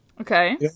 Okay